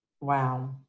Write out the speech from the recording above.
wow